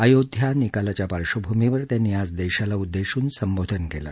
अयोध्या निकालाच्या पार्श्वभूमीवर त्यांनी आज देशाला उद्देशून संबोधन केलं